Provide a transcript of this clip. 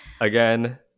again